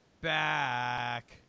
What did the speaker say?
back